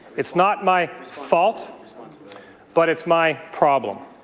it's not my fault but it's my problem.